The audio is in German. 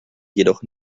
jedoch